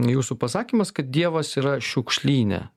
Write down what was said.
jūsų pasakymas kad dievas yra šiukšlyne